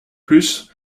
plus